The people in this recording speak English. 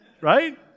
right